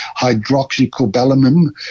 Hydroxycobalamin